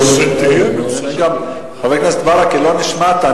כשתהיה ממשלה, חבר הכנסת ברכה, לא נשמעת.